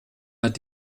hat